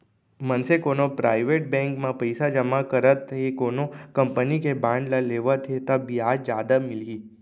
मनसे कोनो private bank म पइसा जमा करत हे कोनो कंपनी के बांड ल लेवत हे ता बियाज जादा मिलही